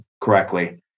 correctly